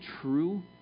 true